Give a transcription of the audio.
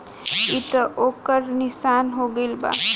ई त ओकर निशान हो गईल बा